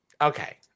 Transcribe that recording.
Okay